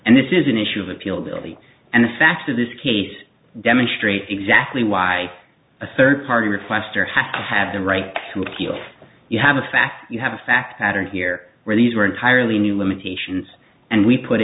and this is an issue of appeal belief and the facts of this case demonstrate exactly why a third party requester have to have the right to appeal you have a fact you have a fact pattern here where these are entirely new limitations and we put